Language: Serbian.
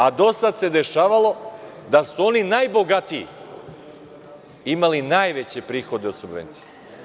A do sada se dešavalo da su oni najbogatiji imali najveće prihode od subvencije.